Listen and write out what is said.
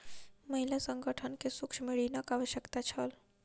महिला संगठन के सूक्ष्म ऋणक आवश्यकता छल